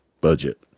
budget